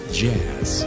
jazz